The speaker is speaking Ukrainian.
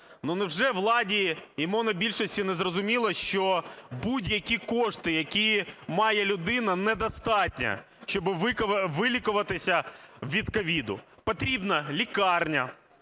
Ну, невже владі і монобільшості незрозуміло, що будь-які кошти, які має людина, не достатні, щоб вилікуватися від COVID? Потрібна лікарня,